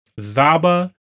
Zaba